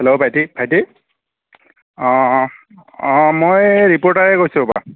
hello বাইটি ভাইটি অঁ অঁ অঁ মই এই ৰিপৰ্টাৰে কৈছোঁ ৰ'বা